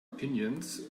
opinions